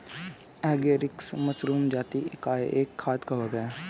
agaricus mushroom जाती का एक खाद्य कवक है